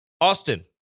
Austin